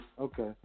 Okay